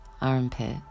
armpit